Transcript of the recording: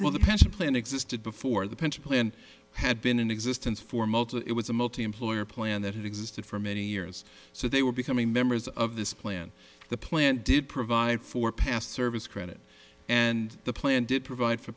well the pension plan existed before the pension plan had been in existence for most of it was a multi employer plan that had existed for many years so they were becoming members of this plan the plan did provide for past service credit and the plan did provide for